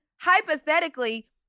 hypothetically